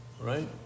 right